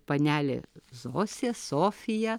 panelė zosė sofija